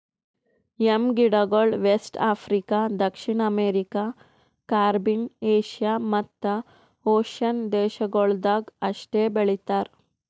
M ಗಿಡಗೊಳ್ west Africa, ದಕ್ಷಿಣ America, Caribbean, Asia ಮತ್ತ್ ಓಷನ್ನ ದೇಶಗೊಳ್ದಾಗ್ ಅಷ್ಟೆ ಬೆಳಿತಾರ್